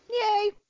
yay